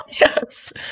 yes